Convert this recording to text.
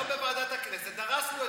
היום בוועדת הכנסת דרסנו אתכם,